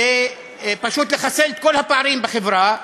פשוט לחסל את כל הפערים בחברה,